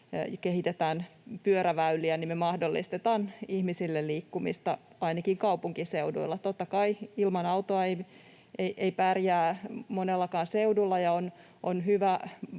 kehitetään pyöräväyliä, me mahdollistetaan ihmisille liikkumista ainakin kaupunkiseuduilla. Totta kai ilman autoa ei pärjää monellakaan seudulla,